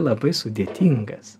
labai sudėtingas